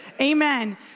Amen